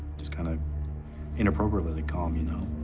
just kind of inappropriately calm, you know?